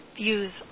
views